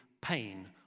pain